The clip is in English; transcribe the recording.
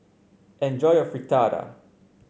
enjoy your Fritada